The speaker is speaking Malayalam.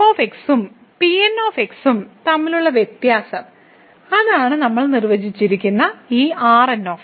f ഉം Pn ഉം തമ്മിലുള്ള വ്യത്യാസം അതാണ് നമ്മൾ നിർവചിച്ചിരിക്കുന്ന ഈ Rn